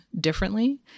differently